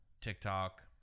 TikTok